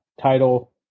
title